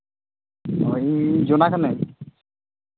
ᱦᱮᱸ ᱤᱧ ᱡᱚᱱᱟ ᱠᱟᱹᱱᱟᱹᱧ